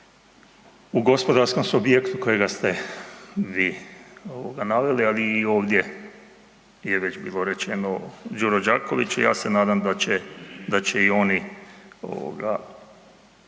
u gospodarskom subjektu kojega ste vi naveli ali i ovdje je već bilo rečeno, Đuro Đaković i ja se nadam da će i oni naći